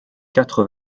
quatre